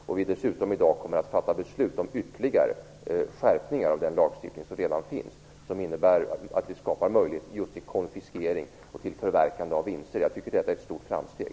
Vi kommer dessutom i dag att fatta beslut om ytterligare skräpningar av den lagstiftning som redan finns som innebär att vi skapar möjlighet för konfiskering och förverkande av vinster. Jag tycker att detta är ett stort framsteg.